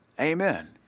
Amen